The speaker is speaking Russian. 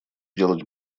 делать